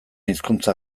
hizkuntza